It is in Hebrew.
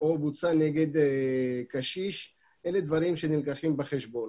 או בוצע נגד קשיש, אלה דברים שנלקחים בחשבון.